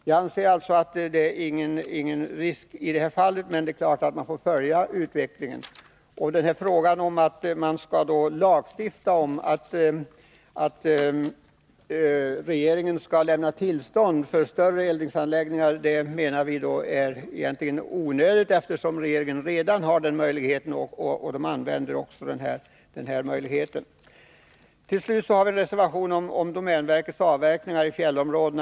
Jag anser alltså att det inte är någon risk för att massaveden tas i anspråk i detta sammanhang, men man får givetvis följa utvecklingen. Vi menar att lagstiftning, som går ut på att regeringen skall lämna tillstånd för större eldningsanläggningar, är onödig. Regeringen har redan denna möjlighet och använder sig av den. Reservation 6 handlar om domänverkets avverkningar i fjällområden.